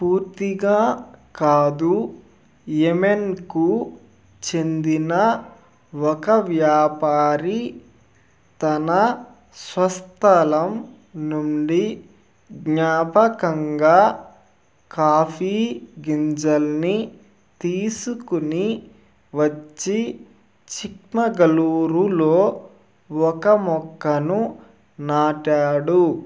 పూర్తిగా కాదు ఎమెన్కు చెందిన ఒక వ్యాపారి తన స్వస్థలం నుండి జ్ఞాపకంగా కాఫీ గింజల్ని తీసుకుని వచ్చి చిక్మగళూరులో ఒక మొక్కను నాటాడు